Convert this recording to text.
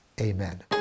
amen